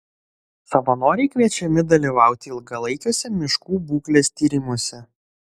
savanoriai kviečiami dalyvauti ilgalaikiuose miškų būklės tyrimuose